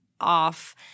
off